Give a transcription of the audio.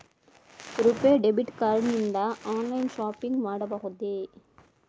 RuPay debit card ನಿಂದ online shopping ಮಾಡಬಹುದೇ?